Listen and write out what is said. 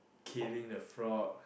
killing the frog